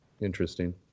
Interesting